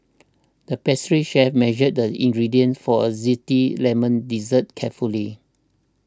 the pastry chef measured the ingredients for a Zesty Lemon Dessert carefully